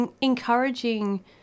encouraging